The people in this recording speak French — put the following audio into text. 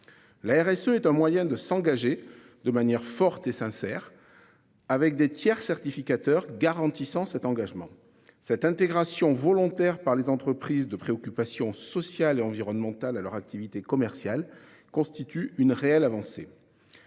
La RSE, est un moyen de s'engager de manière forte et sincère. Avec des tiers certificateur garantissant cet engagement cette intégration volontaire par les entreprises de préoccupations sociales et environnementales à leur activité commerciale constitue une réelle avancée.